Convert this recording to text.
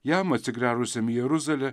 jam atsigręžusiam į jeruzalę